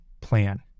plan